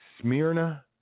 Smyrna